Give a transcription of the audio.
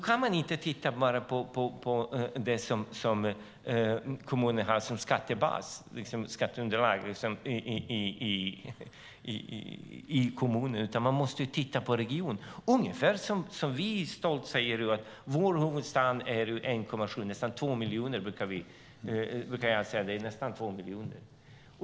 Man kan inte bara titta på det som kommunen har som skatteunderlag i kommunen, utan man måste titta regionen. Det är ungefär som att vi stolt säger: Vår huvudstad har 1,7 miljoner, nästan 2 miljoner invånare. Jag brukar säga att det är nästan 2 miljoner.